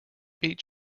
beat